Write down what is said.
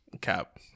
Cap